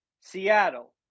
Seattle